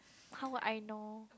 how would I know